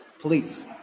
Please